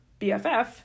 BFF